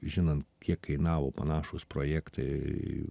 žinant kiek kainavo panašūs projektai